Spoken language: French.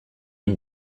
une